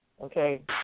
okay